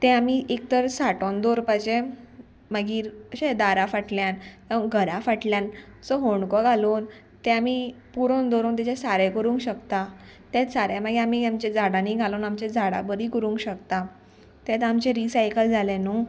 ते आमी एक तर साठोन दवरपाचे मागीर अशे दारा फाटल्यान घरा फाटल्यान सो होणको घालून ते आमी पुरोन दवरून तेजे सारें करूंक शकता तेच सारें मागीर आमी आमच्या झाडांनी घालून आमचें झाडां बरीं करूंक शकता तेंच आमचें रिसायकल जालें न्हू